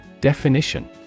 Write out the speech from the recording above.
Definition